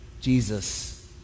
Jesus